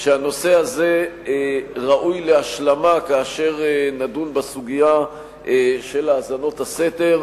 שהנושא הזה ראוי להשלמה כאשר נדון בסוגיה של האזנות הסתר,